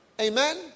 Amen